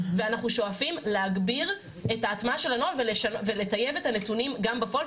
ואנחנו שואפים להגביר את ההטמעה של הנוהל ולטייב את הנתונים גם בפועל.